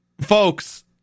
Folks